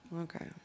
Okay